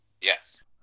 Yes